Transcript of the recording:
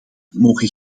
mogen